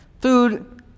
Food